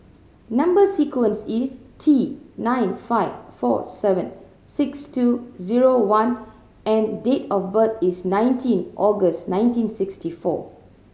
number sequence is T nine five four seven six two zero one and date of birth is nineteen August nineteen sixty four